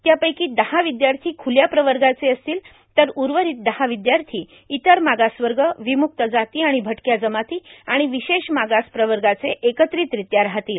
त्यापैकी दहा विद्यार्थी खुल्या प्रवर्गाचे असतील तर उर्वरित दहा विद्यार्थी इतर मागास वर्ग विम्रुक्त जाती आणि भटक्या जमाती आणि विशेष मागास प्रवर्गाचे एकत्रितरित्या राहतील